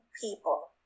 people